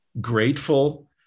grateful